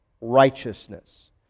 righteousness